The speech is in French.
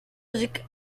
logique